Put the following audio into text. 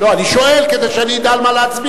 לא, אני שואל, כדי שאני אדע על מה להצביע.